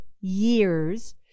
years